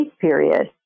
period